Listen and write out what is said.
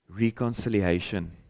reconciliation